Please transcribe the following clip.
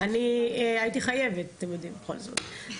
אני מודה לכולם.